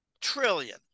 trillion